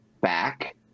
back